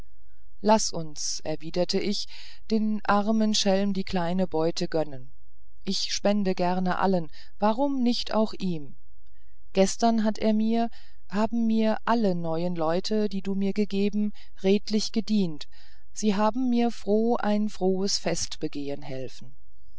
laß uns erwidert ich dem armen schelmen die kleine beute gönnen ich spende gern allen warum nicht auch ihm gestern hat er mir haben mir alle neuen leute die du mir gegeben redlich gedient sie haben mir froh ein frohes fest begehen helfen